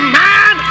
man